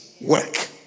work